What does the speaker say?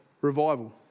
revival